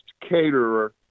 caterer